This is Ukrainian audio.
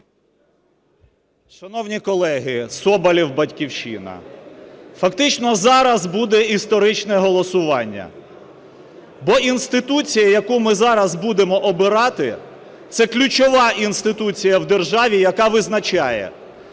Шановні колеги! Соболєв, "Батьківщина". Фактично зараз буде історичне голосування. Бо інституція, яку ми зараз будемо обирати, це ключова інституція в державі, яка визначає,